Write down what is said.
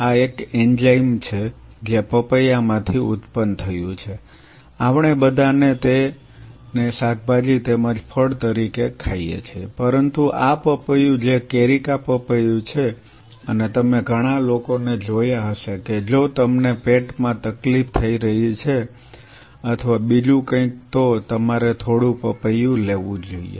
આ એક એન્ઝાઇમ છે જે પપૈયામાંથી ઉત્પન્ન થયું છે આપણે બધા તે ને શાકભાજી તેમજ ફળ તરીકે ખાઈએ છીએ પરંતુ આ પપૈયું જે કેરિકા પપૈયું છે અને તમે ઘણા લોકોને જોયા હશે કે જો તમને પેટમાં તકલીફ થઈ રહી છે અથવા બીજું કંઈક તો તમારે થોડું પપૈયું લેવું જોઈએ